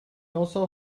also